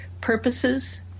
purposes